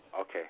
Okay